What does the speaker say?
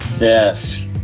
Yes